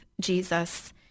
Jesus